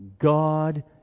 God